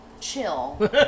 Chill